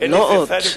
לא עוד,